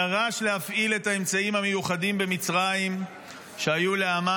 הוא דרש להפעיל את האמצעים המיוחדים במצרים שהיו אז לאמ",